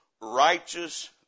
righteous